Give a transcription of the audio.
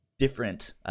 different